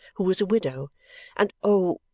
who was a widow and oh,